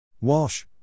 Walsh